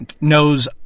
knows